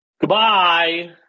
Goodbye